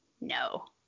no